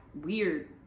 weird